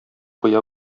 куя